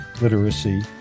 literacy